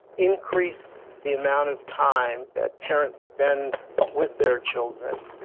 increase the amount of time that parents spend with their children,